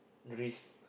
risk